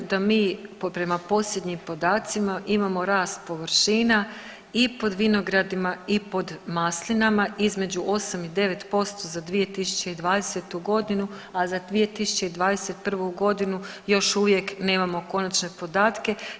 Da mi prema posljednjim podacima imamo rast površina i pod vinogradima i pod maslinama između 8 i 9% za 2020. godinu, a za 2021. godinu još uvijek nemamo konačne podatke.